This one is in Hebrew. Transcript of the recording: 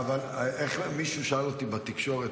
איך מישהו אמר לי בתקשורת,